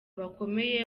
bakomeye